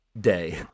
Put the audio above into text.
day